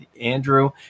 Andrew